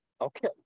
okay